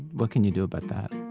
what can you do about that?